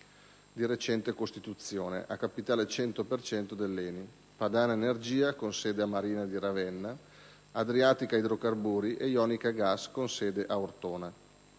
di recente costituzione, a capitale 100 per cento dell'ENI: Padana Energia, con sede a Marina di Ravenna, Adriatica Idrocarburi e Ionica Gas, con sede a Ortona.